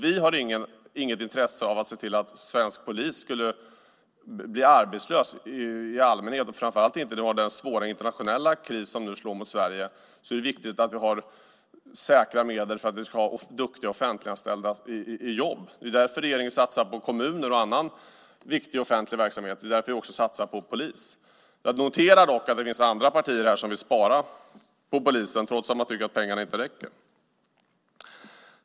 Vi har inget intresse av att se till att svensk polis ska bli arbetslös i allmänhet och framför allt inte när vi har den svåra internationella kris som nu slår mot Sverige. Nu är det viktigt att säkra medel för att kunna ha duktiga offentliganställda i jobb. Det är därför regeringen satsar på kommuner och annan viktig offentlig verksamhet. Det är därför vi också satsar på polisen. Jag noterar dock att det finns andra partier som vill spara på polisen trots att man tycker att pengarna inte räcker.